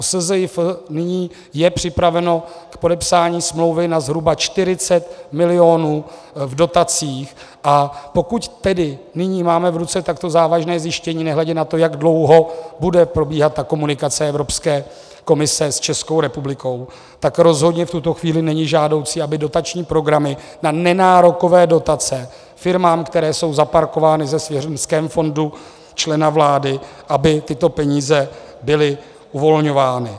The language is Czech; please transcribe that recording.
SZIF nyní je připraven k podepsání smlouvy na zhruba 40 milionů v dotacích, a pokud tedy nyní máme v ruce takto závažné zjištění, nehledě na to, jak dlouho bude probíhat komunikace Evropské komise s Českou republikou, tak rozhodně v tuto chvíli není žádoucí, aby dotační programy na nenárokové dotace firmám, které jsou zaparkovány ve svěřeneckém fondu člena vlády, aby tyto peníze byly uvolňovány.